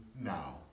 now